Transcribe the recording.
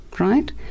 Right